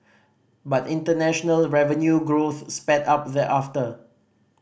but international revenue growth sped up thereafter